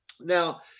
Now